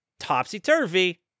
Topsy-turvy